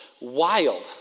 Wild